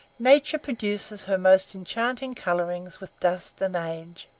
nature produces her most enchanting colorings with dust and age.